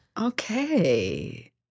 Okay